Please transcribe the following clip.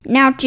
Now